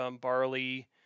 barley